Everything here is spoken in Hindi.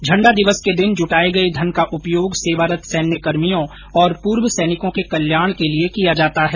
झंडा दिवस के दिन जुटाए गए धन का उपयोग सेवारत सैन्य कर्मियों और पूर्व सैनिकों के कल्याण के लिए किया जाता है